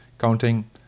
Counting